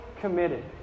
committed